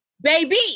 Baby